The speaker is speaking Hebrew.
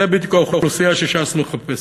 זה בדיוק האוכלוסייה שש"ס מחפשת,